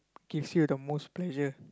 gives you the most pleasure